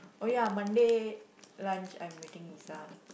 oh ya Monday lunch I'm meeting Lisa